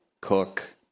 Cook